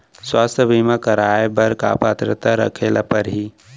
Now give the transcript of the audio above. स्वास्थ्य बीमा करवाय बर का पात्रता रखे ल परही?